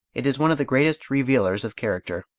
it is one of the greatest revealers of character.